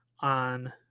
on